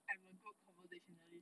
I'm a good conversationalist